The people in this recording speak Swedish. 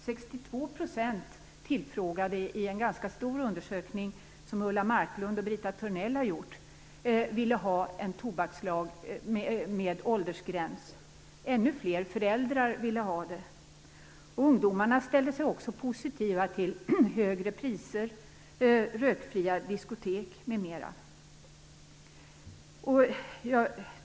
62 % av de tillfrågade i en ganska stor undersökning som Ulla Marklund och Britta Törnell har gjort ville ha en tobakslag med åldersgräns. Ännu fler föräldrar ville ha en sådan lag. Ungdomarna ställde sig också positiva till högre priser, rökfria diskotek m.m.